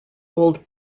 old